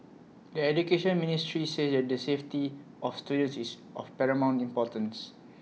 the Education Ministry says the safety of students is of paramount importance